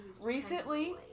recently